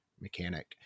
mechanic